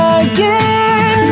again